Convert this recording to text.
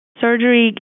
Surgery